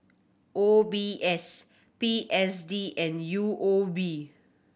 O B S P S D and U O B